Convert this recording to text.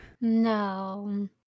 no